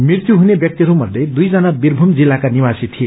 मृत्यु हुने व्यक्तिहरू मध्ये दुईजना बीरभूप जिल्लाका निवासी थिए